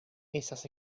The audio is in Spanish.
esas